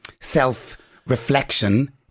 self-reflection